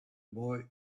boy